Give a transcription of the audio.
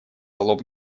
лоб